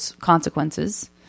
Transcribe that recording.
consequences